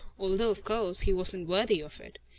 although, of course, he wasn't worthy of it.